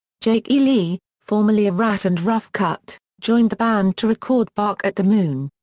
jake e. lee, formerly of ratt and rough cutt, joined the band to record bark at the moon.